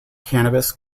cannabis